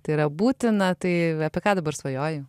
tai yra būtina tai apie ką dabar svajoji